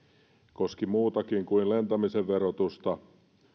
koski muutakin kuin lentämisen verotusta